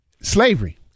slavery